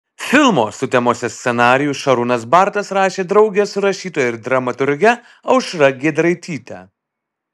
filmo sutemose scenarijų šarūnas bartas rašė drauge su rašytoja ir dramaturge aušra giedraityte